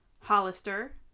Hollister